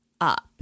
up